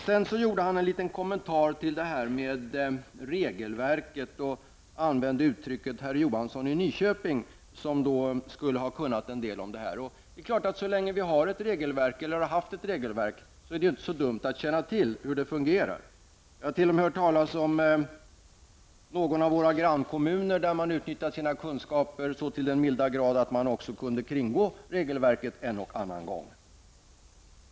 Sedan kommenterade Göran Persson detta med regelverket och hänvisade till en herr Johansson i Nyköping. Han skulle ha kunnat en del om det här. Så länge vi har eller har haft ett regelverk är det inte så dumt att känna till hur det fungerar. Jag har t.o.m. hört talas om någon av våra grannkommuner där man utnyttjat kunskaperna så till den milda grad att man också kunde kringgå regelverket en och annan gång.